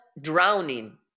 drowning